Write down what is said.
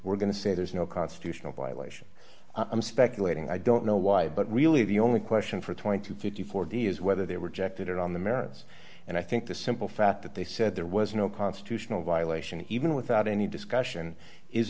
we're going to say there's no constitutional violation i'm speculating i don't know why but really the only question for twenty to fifty four d is whether they were checked out on the merits and i think the simple fact that they said there was no constitutional violation even without any discussion is